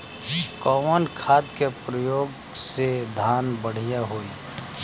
कवन खाद के पयोग से धान बढ़िया होई?